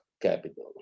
capital